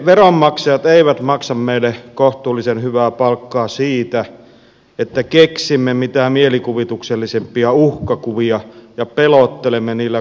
veronmaksajat eivät maksa meille kohtuullisen hyvää palkkaa siitä että keksimme mitä mielikuvituksellisimpia uhkakuvia ja pelottelemme niillä kansalaisia